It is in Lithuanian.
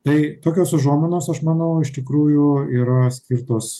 tai tokios užuominos aš manau iš tikrųjų yra skirtos